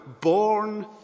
born